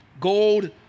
gold